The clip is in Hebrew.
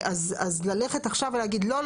אז ללכת עכשיו ולהגיד 'לא,